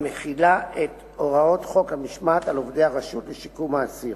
המחילה את הוראות חוק המשמעת על עובדי הרשות לשיקום האסיר.